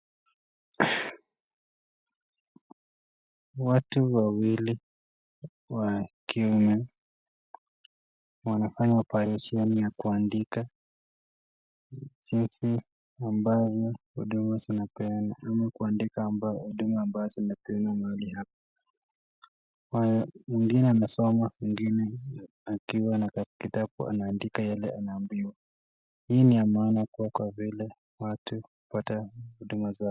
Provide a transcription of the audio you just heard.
Watu wawili wa kiume a kuandika jwanafanya operation yinsi ambazo huduma zinapenda ama kuandika ambayo huduma ambazo zinapatikana mahali hapa. Kwa hiyo mwingine anasoma mwingine akiwa na kitabu anaandika yale anayoambiwa. Hii ni ya maana kwa vile watu kupata huduma